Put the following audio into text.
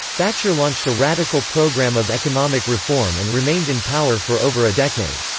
thatcher launched a radical program of economic reform and remained in power for over a decade.